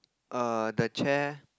err the chair